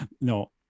No